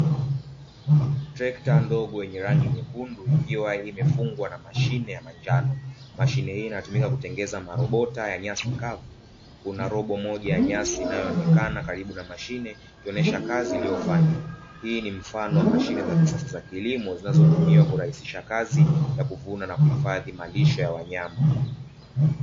Trekta ndogo yenye rangi nyekundu, ikiwa imefungwa na mashine ya manjano. Mashine hii inatumika kutengeneza marobota ya nyasi kavu, kuna robo moja ya nyasi inayoonekana karibu na mashine ikionyesha kazi iliyofanya. Hii ni mfano wa mashine za kisasa za kilimo, zinazotumiwa kurahisisha kazi ya kuvuna na kuhifadhi malisho ya wanyama.